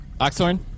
Oxhorn